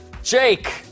Jake